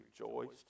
rejoiced